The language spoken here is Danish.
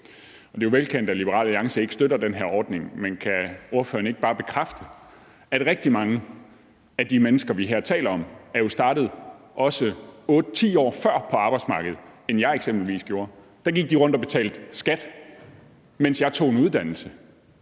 det er jo velkendt, at Liberal Alliance ikke støtter den her ordning, men kan ordføreren ikke bare bekræfte, at rigtig mange af de mennesker, vi her taler om, jo er startet også otte-ti år før på arbejdsmarkedet, end jeg eksempelvis gjorde? Der gik de rundt og betalte skat, mens jeg tog en uddannelse.